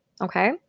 Okay